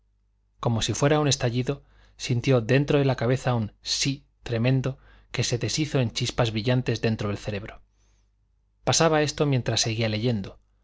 como si fuera un estallido sintió dentro de la cabeza un sí tremendo que se deshizo en chispas brillantes dentro del cerebro pasaba esto mientras seguía leyendo